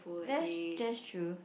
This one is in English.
that's that's true